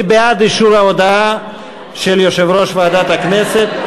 מי בעד אישור ההודעה של יושב-ראש ועדת הכנסת?